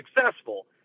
successful